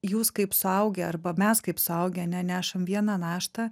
jūs kaip suaugę arba mes kaip suaugę ane nešam vieną naštą